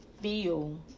feel